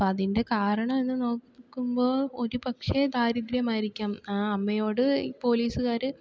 അപ്പം അതിൻ്റെ കാരണം എന്നു നോക്കുമ്പോൾ ഒരു പക്ഷേ ദാരിദ്ര്യമായിരിക്കാം ആ അമ്മയോട് ഈ പോലീസുകാര്